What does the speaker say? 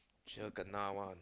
sure kena one